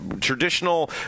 traditional